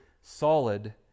solid